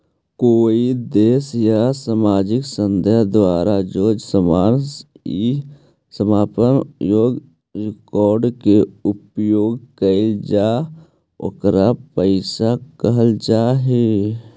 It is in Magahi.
कोई देश या सामाजिक संस्था द्वारा जोन सामान इ सत्यापन योग्य रिकॉर्ड के उपयोग कईल जा ओकरा पईसा कहल जा हई